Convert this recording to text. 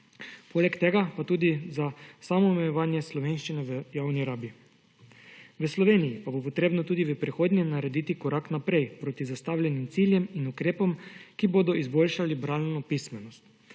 Poleg tega pa tudi za samoomejevanje slovenščine v javni rabi. V Sloveniji pa bo potrebno tudi v prihodnje narediti korak naprej proti zastavljenim ciljem in ukrepom, ki bodo izboljšali bralno pismenost.